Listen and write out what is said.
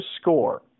score